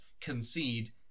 concede